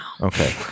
okay